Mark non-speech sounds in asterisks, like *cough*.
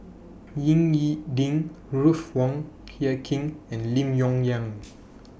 Ying E Ding Ruth Wong Hie King and Lim Yong Liang *noise*